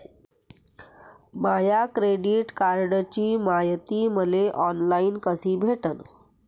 माया credit कार्डची मायती मले ऑनलाईन कसी भेटन?